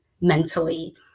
mentally